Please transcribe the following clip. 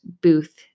booth